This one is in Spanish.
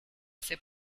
hace